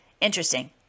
Interesting